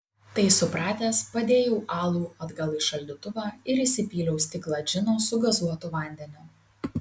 tai supratęs padėjau alų atgal į šaldytuvą ir įsipyliau stiklą džino su gazuotu vandeniu